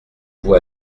vous